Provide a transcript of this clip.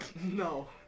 No